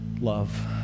Love